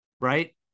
Right